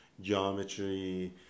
geometry